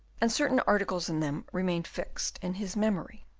and certain articles in them remained fixed in his memory.